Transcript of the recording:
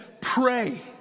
pray